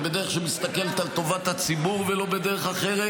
ובדרך שמסתכלת על טובת הציבור ולא בדרך אחרת.